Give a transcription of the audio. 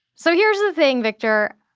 so here's the thing victor,